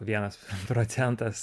vienas procentas